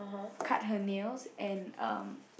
cut her nails and um